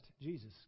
Jesus